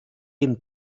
dem